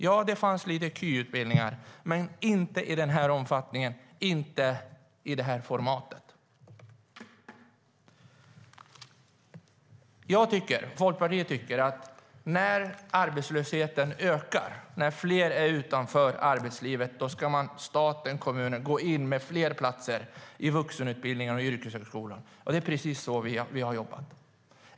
Ja, det fanns lite KY-utbildningar, men inte i den här omfattningen och inte i det här formatet. När arbetslösheten ökar, när fler är utanför arbetslivet, då ska staten och kommunerna gå in med fler platser i vuxenutbildningarna och yrkeshögskolan, tycker Folkpartiet. Det är precis så vi har jobbat.